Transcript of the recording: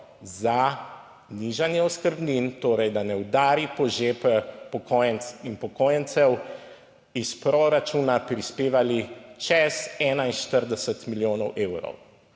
za nižanje oskrbnin, torej, da ne udari po žepe upokojenk in upokojencev, iz proračuna prispevali čez 41 milijonov evrov.